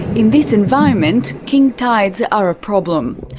in this environment, king tides are a problem.